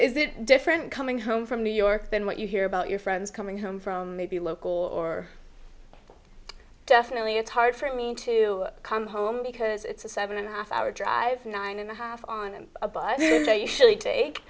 is it different coming home from new york than what you hear about your friends coming home from maybe local or definitely it's hard for me to come home because it's a seven and a half hour drive nine and a half on a bus i usually